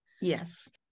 yes